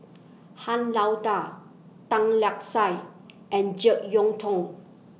Han Lao DA Tan Lark Sye and Jek Yeun Thong